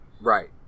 right